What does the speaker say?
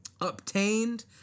obtained